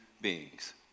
beings